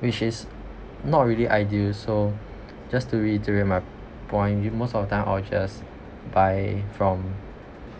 which is not really ideal so just to reliterate my point most of the time I will just buy from